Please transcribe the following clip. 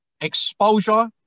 exposure